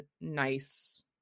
nice